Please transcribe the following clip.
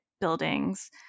buildings